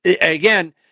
again